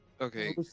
Okay